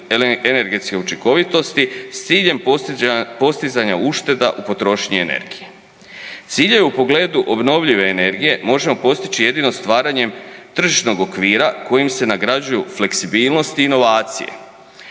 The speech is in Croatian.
energetske učinkovitosti s ciljem postizanja ušteda u potrošnji energije. Ciljeve u pogledu obnovljive energije možemo postići jedino stvaranjem tržišnog okvira kojim se nagrađuju fleksibilnost i inovacije